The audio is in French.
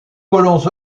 colons